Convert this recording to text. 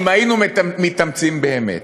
אם היינו מתאמצים באמת.